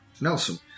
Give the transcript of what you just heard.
Nelson